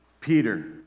Peter